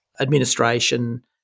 administration